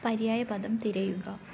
പര്യായപദം തിരയുക